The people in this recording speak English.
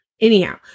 Anyhow